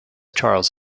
charles